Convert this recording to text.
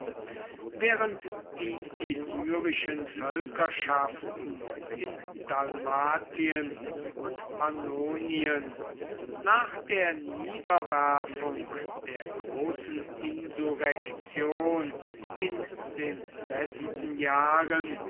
während die illyrischen völkerschaften in dalmatien und pannonien nach der niederwerfung der großen insurrektion in den letzten jahren